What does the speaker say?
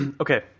Okay